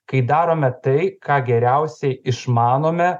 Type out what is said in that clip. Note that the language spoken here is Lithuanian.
kai darome tai ką geriausiai išmanome